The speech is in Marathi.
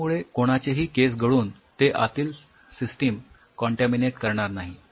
यामुळे कोणाचेही केस गळून ते आतील सिस्टिम काँटॅमिनेट करणार नाही